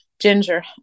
ginger